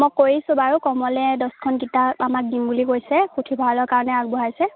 মই কৰিছোঁ বাৰু কমলে দহখন কিতাপ আমাক দিম বুলি কৈছে পুথিভঁৰালৰ কাৰণে আগবঢ়াইছে